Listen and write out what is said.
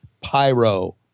pyro